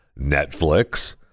Netflix